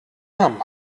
namen